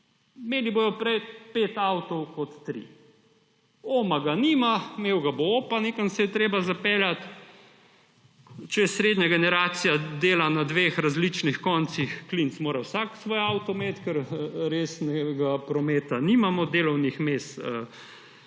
imeli bodo prej pet avtov kot tri. Oma ga nima, imel ga bo opa, nekam se je treba zapeljati. Če srednja generacija dela na dveh različnih koncih, klinec, mora vsak svoj avto imeti, ker resnega prometa nimamo, delovnih mest